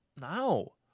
no